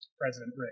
President